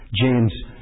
James